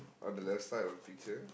on the left side of picture